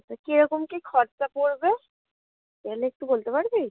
তা কেরকম কী খরচা পড়বে এগুলো একটু বলতে পারবি